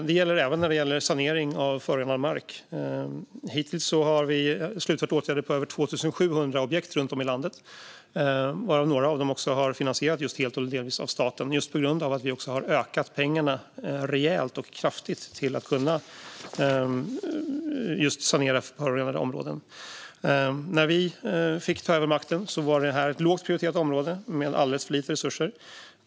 Det gäller även sanering av förorenad mark. Hittills har vi beslutat om åtgärder för över 2 700 objekt runt om i landet, varav några har finansierats helt eller delvis av staten. Det är tack vare att vi har ökat pengarna rejält och kraftigt till sanering av förorenade områden. När vi fick ta över makten var det här ett lågt prioriterat område med alldeles för lite resurser.